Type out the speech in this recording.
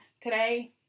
today